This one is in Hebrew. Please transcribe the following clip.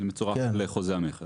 מצורף לחוזה המכר.